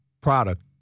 product